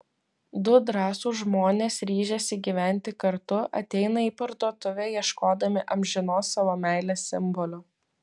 du drąsūs žmonės ryžęsi gyventi kartu ateina į parduotuvę ieškodami amžinos savo meilės simbolio